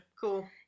cool